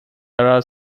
are